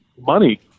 money